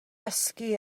dysgu